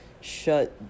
shut